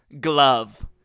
Glove